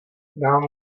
dám